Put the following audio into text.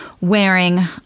wearing